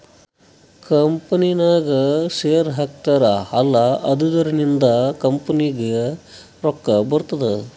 ಕಂಪನಿನಾಗ್ ಶೇರ್ ಹಾಕ್ತಾರ್ ಅಲ್ಲಾ ಅದುರಿಂದ್ನು ಕಂಪನಿಗ್ ರೊಕ್ಕಾ ಬರ್ತುದ್